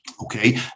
Okay